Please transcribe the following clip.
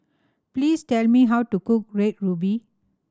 please tell me how to cook Red Ruby